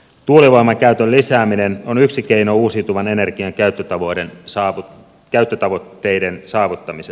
tuulivoiman käytön lisääminen on yksi keino uusiutuvan energian käyttötavoitteiden saavuttamisessa